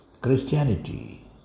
Christianity